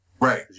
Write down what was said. Right